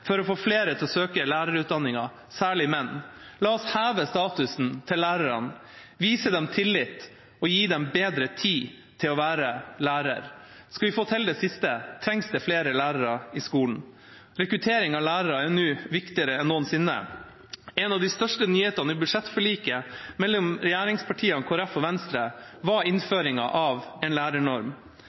for å få flere til å søke på lærerutdanningen, særlig menn. La oss heve statusen til lærerne, vise dem tillit og gi dem bedre tid til å være lærer. Skal vi få til det siste, trengs det flere lærere i skolen. Rekruttering av lærere er nå viktigere enn noensinne. En av de største nyhetene i budsjettforliket mellom regjeringspartiene, Kristelig Folkeparti og Venstre var innføringen av en lærernorm.